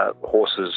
horses